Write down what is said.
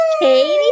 Katie